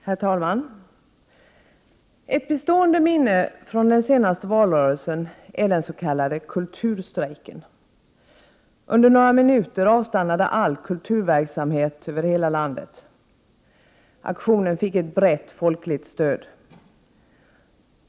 Herr talman! Ett bestående minne från den senaste valrörelsen är den s.k. kulturstrejken. Under några minuter avstannade all kulturverksamhet över hela landet. Aktionen fick ett brett folkligt stöd.